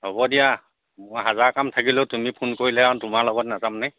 হ'ব দিয়া মোৰ হাজাৰ কাম থাকিলেও তুমি ফোন কৰিলে আৰু তোমাৰ লগত নাযামনে